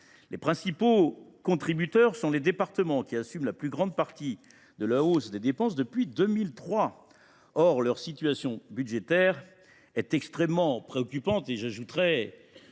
Les principaux contributeurs sont les départements, qui assument la plus grande partie de la hausse des dépenses depuis 2003. Or leur situation budgétaire est extrêmement préoccupante, voire